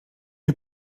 you